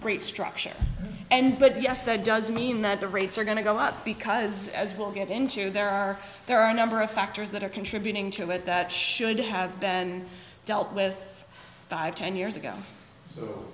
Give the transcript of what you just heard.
rate structure and but yes that does mean that the rates are going to go a lot because as we'll get into there are there are a number of factors that are contributing but that should have been dealt with five ten years ago